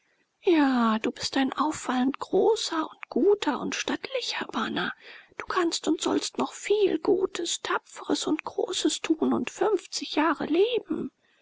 ja du bist ein auffallend großer und guter und stattlicher bana du kannst und sollst noch viel gutes tapfres und großes tun und fünfzig jahre leben